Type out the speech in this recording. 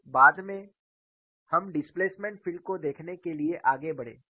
फिर बाद में हम डिस्प्लेसमेंट फील्ड को देखने के लिए आगे बढ़े